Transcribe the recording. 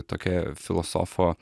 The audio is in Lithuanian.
tokia filosofo